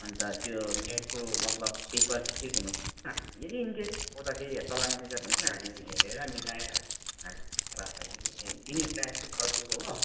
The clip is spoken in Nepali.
अनि त त्यो नेटको मतलब पेपर चाहिँ ठिक हुनुपर्छ यदि इन केस केही तल माथि छ भने हामी हेरेर मिलाएर दिने प्रयास गर्छु हो